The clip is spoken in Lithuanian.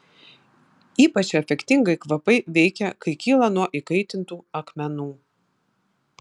ypač efektingai kvapai veikia kai kyla nuo įkaitintų akmenų